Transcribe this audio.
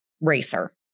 racer